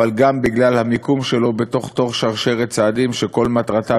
אבל גם בגלל המיקום שלו בתוך שרשרת צעדים שכל מטרתם